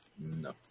No